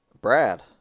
brad